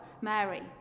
Mary